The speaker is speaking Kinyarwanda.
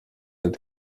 ati